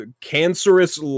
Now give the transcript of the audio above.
cancerous